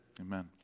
amen